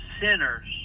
sinners